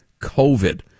COVID